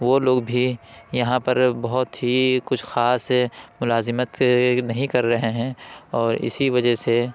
وہ لوگ بھی یہاں پر بہت ہی کچھ خاص ملازمت نہیں کر رہے ہیں اور اسی وجہ سے